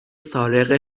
سارق